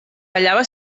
ballava